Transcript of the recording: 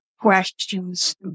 questions